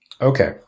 okay